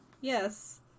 yes